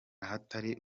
ahatari